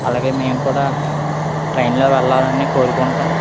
అలాగే మేము కూడా ట్రైన్లో వెళ్ళాలని కోరుకుంటాం